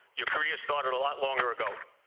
your career started a lot longer ago.